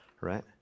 right